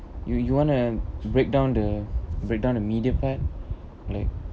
you you want to break down the break down the media part like